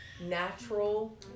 natural